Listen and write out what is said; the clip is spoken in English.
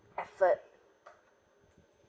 effort